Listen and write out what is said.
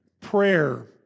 prayer